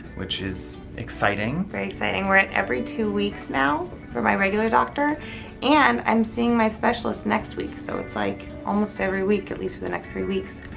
which is exciting. very exciting, we're at every two weeks now for my regular doctor and i'm seeing my specialist next week, so it's like almost every week, at least for the next three weeks.